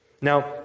Now